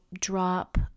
drop